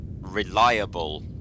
reliable